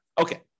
Okay